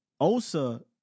Osa